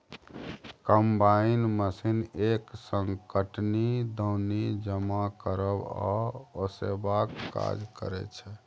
combine machine एक संग कटनी, दौनी, जमा करब आ ओसेबाक काज करय छै